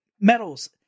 medals